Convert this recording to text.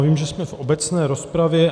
Vím, že jsme v obecné rozpravě.